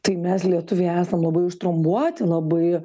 tai mes lietuviai esam labai užtrombuoti labai